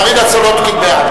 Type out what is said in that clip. מרינה סולודקין, בעד.